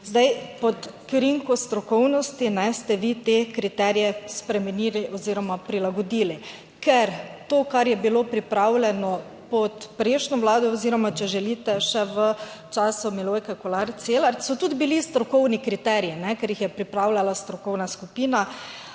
Zdaj pod krinko strokovnosti ste vi te kriterije spremenili oziroma prilagodili, ker to, kar je bilo pripravljeno pod prejšnjo vlado oziroma, če želite, še v času Milojke Kolar Celarc, so tudi bili strokovni kriteriji, ker jih je pripravljala strokovna skupina,